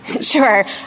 Sure